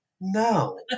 No